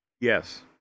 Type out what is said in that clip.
Yes